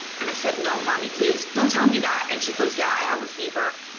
and i said, no, mami, please, don't tell me that. and she goes, yeah, i have a fever,